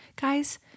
guys